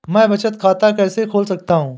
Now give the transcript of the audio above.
मैं बचत खाता कैसे खोल सकता हूँ?